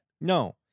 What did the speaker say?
no